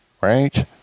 Right